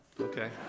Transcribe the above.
Okay